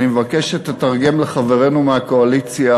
אני מבקש שתתרגם לחברינו מהקואליציה